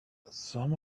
some